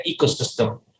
ecosystem